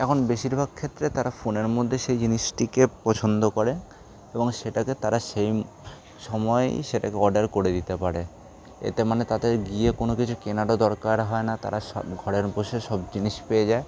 এখন বেশিরভাগ ক্ষেত্রে তারা ফোনের মধ্যে সেই জিনিসটিকে পছন্দ করে এবং সেটাকে তারা সেই সময়ই সেটাকে অর্ডার করে দিতে পারে এতে মানে তাদের গিয়ে কোনো কিছু কেনারও দরকার হয় না তারা সব ঘরে বসে সব জিনিস পেয়ে যায়